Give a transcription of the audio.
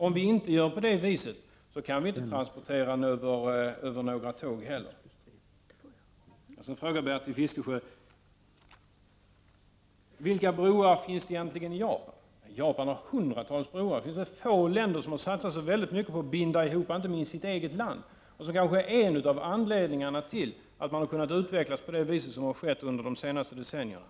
Om vi inte gör på det viset, kan vi inte transportera över några tåg heller. Så frågar Bertil Fiskesjö: Vilka broar finns det egentligen i Japan? Japan har hundratals broar. Få länder har väl satsat så mycket på att bygga ihop delarna av sitt eget land, och det är kanske en av anledningarna till att Japan kunnat utvecklas på det sätt som skett på de senaste decennierna.